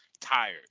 tired